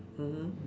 mmhmm